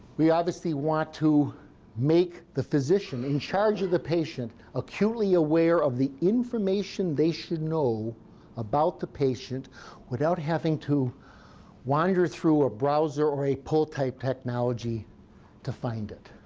we obviously want to make the physician in charge of the patient acutely aware of the information they should know about the patient without having to wander through a browser or a pull type technology to find it.